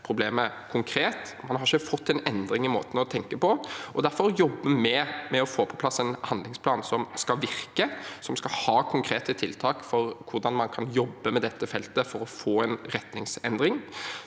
Man har ikke fått en endring i måten å tenke på. Vi jobber derfor med å få på plass en handlingsplan som skal virke, som skal ha konkrete tiltak for hvordan man kan jobbe med dette feltet for å få en retningsendring.